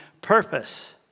purpose